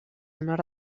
nord